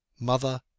Mother